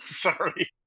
Sorry